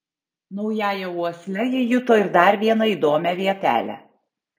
naująja uosle ji juto ir dar vieną įdomią vietelę